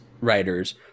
writers